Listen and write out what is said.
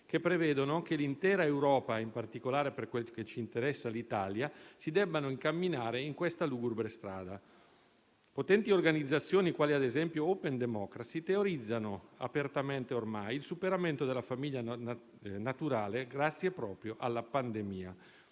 che prevedono che l'intera Europa, in particolare per quel che interessa l'Italia, si debba incamminare in questa lugubre strada. Potenti organizzazioni, quali ad esempio Open Democracy, teorizzano apertamente ormai il superamento della famiglia naturale grazie proprio alla pandemia.